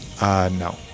No